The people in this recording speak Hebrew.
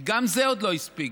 וגם זה עוד לא הספיק.